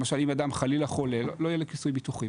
למשל שאם אדם יהיה חלילה חולה אז לא יהיה כיסוי ביטוחי,